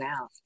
out